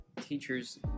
teachers